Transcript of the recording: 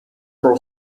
pro